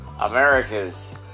America's